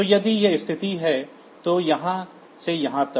तो यदि यह स्थिति है तो यहाँ से यहाँ तक